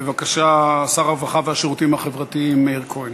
בבקשה, שר הרווחה והשירותים החברתיים מאיר כהן.